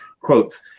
quotes